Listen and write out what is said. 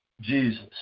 Jesus